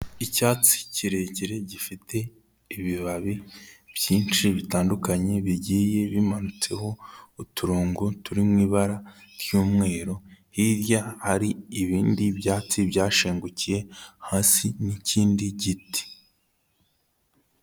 Icyatsi kirekire gifite ibibabi byinshi bitandukanye bigiye bimanunitseho uturongo turi mu ibara ry'umweru, hirya hari ibindi byatsi byashengukiye hasi n'ikindi giti.